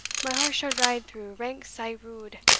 my horse shall ride through ranks sae rude,